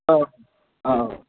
अ औ